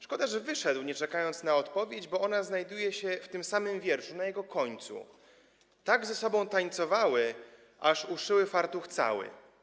Szkoda, że wyszedł, nie czekając na odpowiedź, bo ona znajduje się w tym samym wierszu, na jego końcu: „Tak ze sobą tańcowały, aż uszyły fartuch cały”